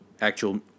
actual